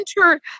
enter